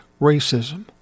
racism